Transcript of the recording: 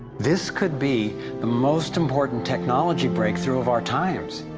this could be the most important technology breakthrough of our times.